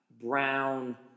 Brown